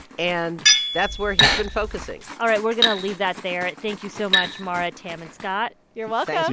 and that's where he's been focusing all right. we're going to leave that there. thank you so much, mara, tam and scott you're welcome and